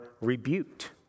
rebuked